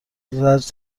زجر